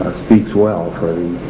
speaks well for